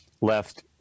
left